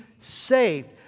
saved